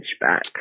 back